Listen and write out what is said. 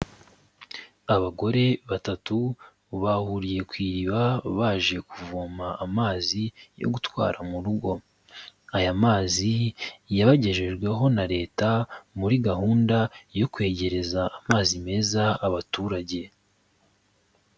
Abagore batatu bahuriye ku iriba baje kuvoma amazi yo gutwara mu rugo, aya mazi yabagejejweho na Leta muri gahunda yo kwegereza amazi meza abaturage.